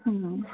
হুম